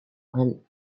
and